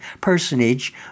personage